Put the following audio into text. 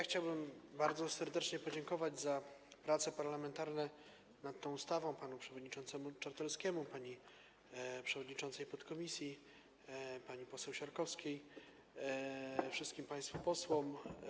Chciałbym bardzo serdecznie podziękować za prace parlamentarne nad tą ustawą panu przewodniczącemu Czartoryskiemu, przewodniczącej podkomisji pani poseł Siarkowskiej, wszystkim państwu posłom.